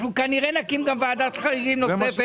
אנחנו כנראה נקים גם ועדת חריגים נוספת.